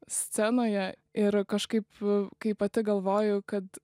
scenoje ir kažkaip kai pati galvoju kad